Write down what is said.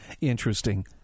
Interesting